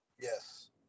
Yes